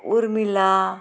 Urmila